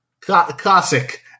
Classic